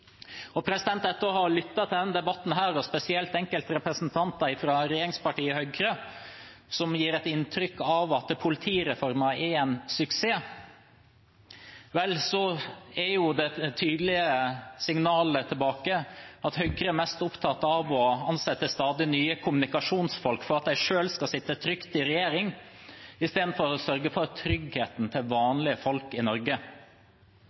til denne debatten, og spesielt enkelte representanter fra regjeringspartiet Høyre, som gir et inntrykk av at politireformen er en suksess, er de tydelige signalene tilbake at Høyre er mest opptatt av å ansette stadig nye kommunikasjonsfolk for at de selv skal sitte trygt i regjering, i stedet for å sørge for tryggheten til vanlige folk i Norge.